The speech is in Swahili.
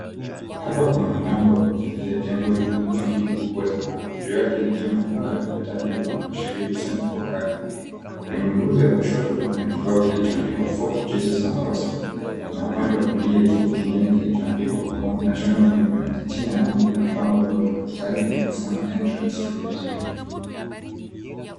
Hapa kuna mlango wa kuingilia jengo lenye nguzo mbili kubwa za mawe, juu yake likiwa na paa la pembe tatu linaloashiria usanifu wa kazi. Kwenye nguzo ya kushoto kuna kibao kilichoandikwa, Fort Jesus Mombasa na upande wa kulia kipo kingine kilichoandikwa, National Monument. Chini ya mlango kuna bango ndogo la metali[] linalosema, Entrance to Museum.cs